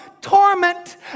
torment